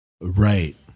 Right